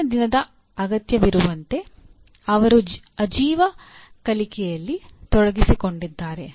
ಇಂದಿನ ದಿನದ ಅಗತ್ಯವಿರುವಂತೆ ಅವರು ಆಜೀವ ಕಲಿಕೆಯಲ್ಲಿ ತೊಡಗಿಸಿಕೊಂಡಿದ್ದಾರೆ